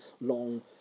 long